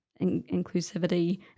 inclusivity